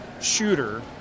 shooter